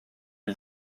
ils